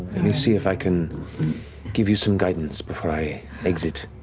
let me see if i can give you some guidance before i exit.